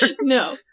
No